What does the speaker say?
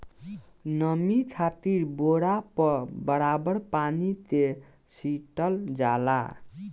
नमी खातिर बोरा पर बराबर पानी के छीटल जाला